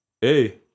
hey